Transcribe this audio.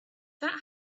that